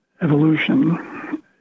evolution